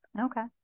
Okay